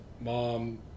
mom